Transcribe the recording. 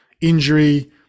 injury